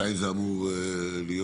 מתי זה אמור להסתיים?